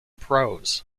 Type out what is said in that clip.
prose